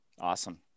Awesome